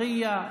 לקיה,